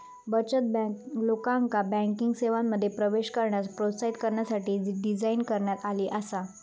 बचत बँक, लोकांका बँकिंग सेवांमध्ये प्रवेश करण्यास प्रोत्साहित करण्यासाठी डिझाइन करण्यात आली आसा